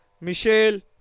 Michelle